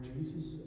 Jesus